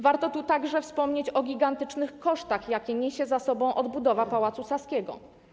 Warto tu także wspomnieć o gigantycznych kosztach, jakie niesie za sobą odbudowa Pałacu Saskiego.